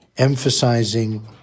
emphasizing